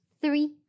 three